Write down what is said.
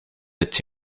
dit